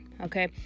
okay